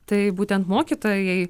tai būtent mokytojai